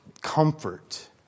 comfort